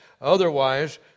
Otherwise